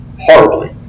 Horribly